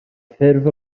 ffurf